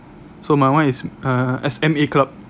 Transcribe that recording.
so my one is uh S_M_A club